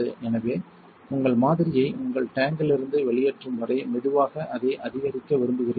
எனவே உங்கள் மாதிரியை உங்கள் டோங்கிலிருந்து வெளியேற்றும் வரை மெதுவாக அதை அதிகரிக்க விரும்புகிறீர்கள்